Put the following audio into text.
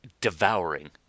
devouring